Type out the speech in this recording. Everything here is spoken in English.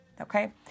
okay